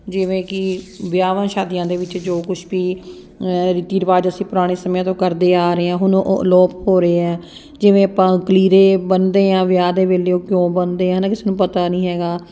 ਜਿਵੇਂ ਕਿ ਵਿਆਹਾਂ ਸ਼ਾਦੀਆਂ ਦੇ ਵਿੱਚ ਜੋ ਕੁਛ ਵੀ ਰੀਤੀ ਰਿਵਾਜ਼ ਅਸੀਂ ਪੁਰਾਣੇ ਸਮਿਆਂ ਤੋਂ ਕਰਦੇ ਆ ਰਹੇ ਹਾਂ ਹੁਣ ਉਹ ਅਲੋਪ ਹੋ ਰਹੇ ਹੈ ਜਿਵੇਂ ਆਪਾਂ ਕਲੀਰੇ ਬੰਨਦੇ ਹਾਂ ਵਿਆਹ ਦੇ ਵੇਲੇ ਕਿਉਂ ਬੰਨਦੇ ਹਾਂ ਕਿਸੇ ਨੂੰ ਪਤਾ ਨਹੀਂ ਹੈਗਾ